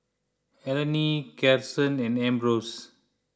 Elayne Karson and Ambrose